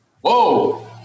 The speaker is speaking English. Whoa